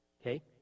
okay